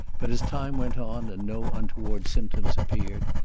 but as time went on and no untoward symptoms appeared,